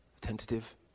tentative